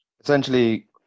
Essentially